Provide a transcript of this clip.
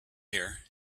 here